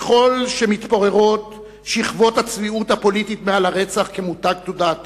ככל שמתפוררות שכבות הצביעות הפוליטית מעל הרצח כמותג תודעתי,